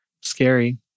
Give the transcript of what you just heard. Scary